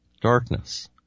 Darkness